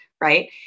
right